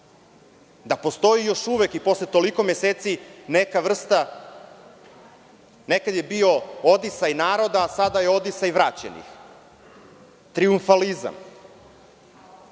da postoji još uvek i posle toliko meseci neka vrsta, nekada je bio odisaj naroda, a sada je odisaj vraćenih, trijumfalizam. Da,